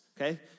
Okay